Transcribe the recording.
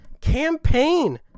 campaign